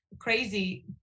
crazy